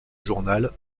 journal